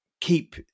keep